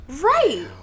right